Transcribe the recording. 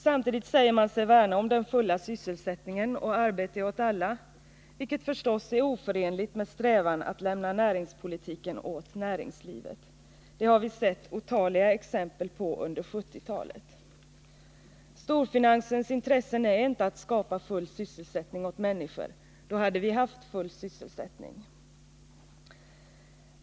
Samtidigt säger man sig värna om den fulla sysselsättningen och arbete åt alla, vilket förstås är oförenligt med strävan att lämna näringspolitiken åt näringslivet. Det har vi sett otaliga exempel på under 1970-talet. Storfinansens intressen är inte att skapa full sysselsättning åt människor — då hade vi haft full sysselsättning.